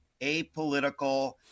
apolitical